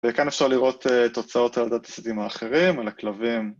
וכאן אפשר לראות תוצאות על הדטסטים האחרים, על הכלבים.